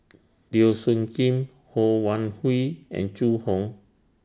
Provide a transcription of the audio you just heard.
Teo Soon Kim Ho Wan Hui and Zhu Hong